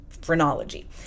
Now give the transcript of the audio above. phrenology